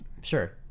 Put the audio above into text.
Sure